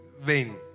vain